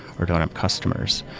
or don't have customers.